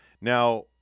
now